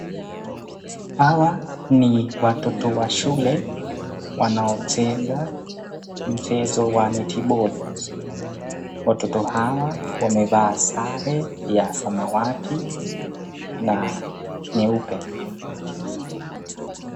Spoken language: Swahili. Hawa ni watoto wa shule wanaocheza mchezo wa neti boli. Watoto hawa wamevaa sare ya samawati na nyeupe.